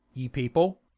ye people.